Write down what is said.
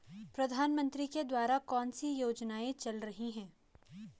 प्रधानमंत्री के द्वारा कौनसी योजनाएँ चल रही हैं?